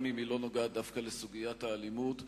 גם אם היא לא נוגעת דווקא לסוגיית האלימות.